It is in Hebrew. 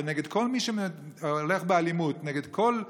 כנגד כל מי שהולך באלימות נגד כל דבר,